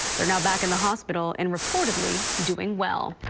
they're now back in the hospital and reportedly doing well.